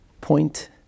Point